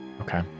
Okay